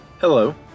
Hello